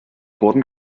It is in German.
wurden